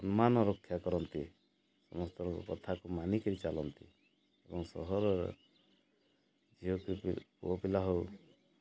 ସମ୍ମାନ ରକ୍ଷା କରନ୍ତି ସମସ୍ତଙ୍କ କଥାକୁ ମାନିକିରି ଚାଲନ୍ତି ଏବଂ ସହରରେ ଝିଅ ପୁଅ ପିଲା ହେଉ